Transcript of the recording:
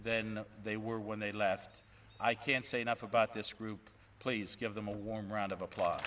than they were when they left i can't say enough about this group please give them a warm round of appl